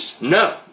no